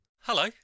Hello